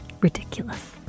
Ridiculous